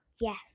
Yes